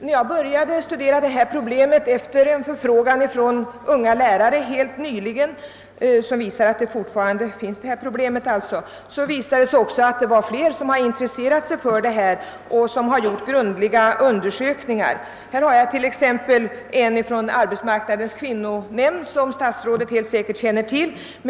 När jag började studera detta problem efter en förfrågan helt nyligen från unga lärare visade det sig att flera är intresserade härav och har gjort grundliga undersökningar. Jag har t.ex. här en undersökning från arbetsmarknadens kvinnonämnd, som statsrådet helt säkert känner till.